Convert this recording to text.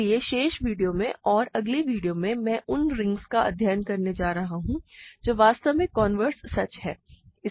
इसलिए शेष वीडियो में और अगले वीडियो में हम उन रिंग्स का अध्ययन करने जा रहे हैं जहाँ वास्तव में कनवेर्स सच है